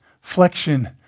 flexion